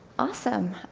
awesome,